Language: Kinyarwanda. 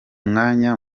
mwanya